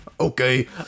okay